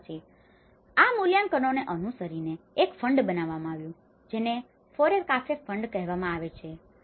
અને તે પછી આ મૂલ્યાંકનોને અનુસરીને એક ફંડ બનાવવામાં આવ્યું જેને ફોરેકાફે ફંડ કહેવામાં આવે છે